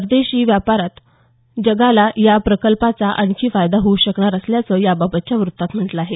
परदेशी व्यापार जगताला या प्रकल्पाचा आणखी फायदा होऊ शकणार असल्याचं याबाबतच्या वृत्तात म्हटलं आहे